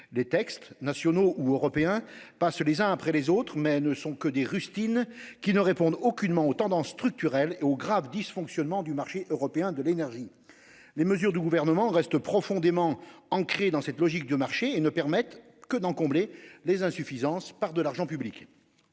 la crise énergétique, passent les uns après les autres, mais ils ne sont que des rustines ne répondant aucunement aux tendances structurelles et aux graves dysfonctionnements du marché européen de l'énergie. Les mesures du Gouvernement restent profondément ancrées dans cette logique de marché et ne permettent que d'en combler les insuffisances par de l'argent public.